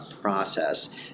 process